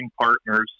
partners